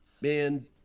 man